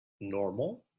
normal